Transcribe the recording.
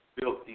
built